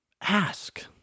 ask